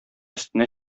өстенә